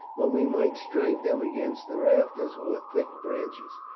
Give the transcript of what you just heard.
when we might strike them against the rafters or thick branches.